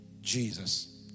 Jesus